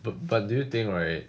but but do you think right